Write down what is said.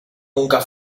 nunca